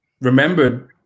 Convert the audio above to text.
remembered